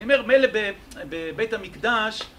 אני אומר מילא בבית המקדש